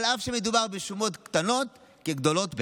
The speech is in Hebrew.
אף שמדובר בשומות קטנות כגדולות ביחד.